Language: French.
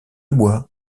bois